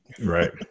Right